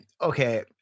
okay